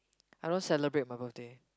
I don't celebrate my birthday